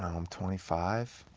i'm twenty five.